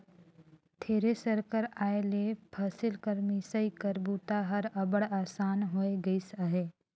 thresher कर आए ले फसिल कर मिसई कर बूता हर अब्बड़ असान होए गइस अहे